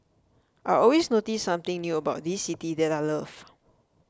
I always notice something new about this city that I love